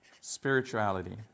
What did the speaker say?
spirituality